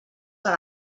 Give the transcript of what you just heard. per